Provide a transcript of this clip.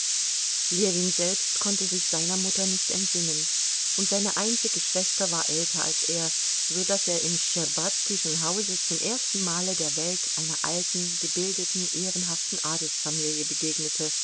ljewin selbst konnte sich seiner mutter nicht entsinnen und seine einzige schwester war älter als er so daß er im schtscherbazkischen hause zum ersten male der welt einer alten gebildeten ehrenhaften adelsfamilie begegnete